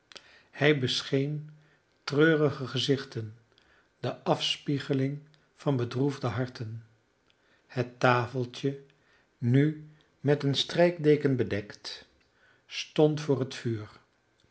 hij bescheen treurige gezichten de afspiegeling van bedroefde harten het tafeltje nu met een strijkdeken bedekt stond voor het vuur